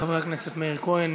תודה רבה לחבר הכנסת מאיר כהן.